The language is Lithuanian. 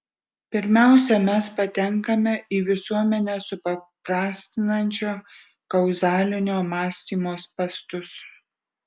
pirmiausia mes patenkame į visuomenę supaprastinančio kauzalinio mąstymo spąstus